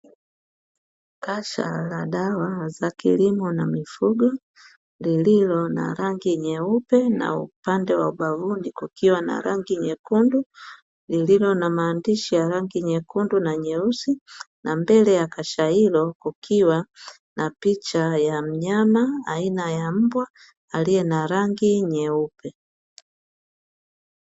Kasha la dawa za kilimo na mifugo lililo na rangi nyeupe na upande wa ubavuni kukiwa na rangi nyekundu, lililo na maandishi ya rangi nyekundu na nyeusi na mbele ya maandishi kukiwa na picha ya mnyama aina ya mbwa aliye na rangi nyeupe.